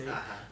(uh huh)